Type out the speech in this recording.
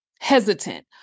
hesitant